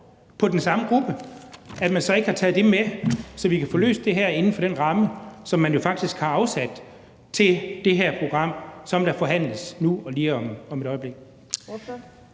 på den samme gruppe, at man så ikke har taget det med, så vi kan få løst det her inden for den ramme, som man jo faktisk har afsat til det her program, som skal forhandles lige om et øjeblik.